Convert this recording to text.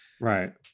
right